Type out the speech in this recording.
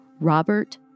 Robert